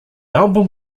album